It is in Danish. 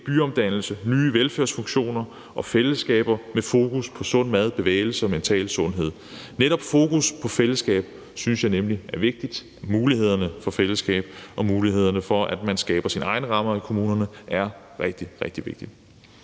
byomdannelse, nye velfærdsfunktioner og fællesskaber med fokus på sund mad, bevægelse og mental sundhed. Netop fokus på fællesskab synes jeg nemlig er vigtigt – mulighederne for fællesskab og mulighederne for, at man skaber sine egne rammer i kommunerne, er rigtig, rigtig vigtigt.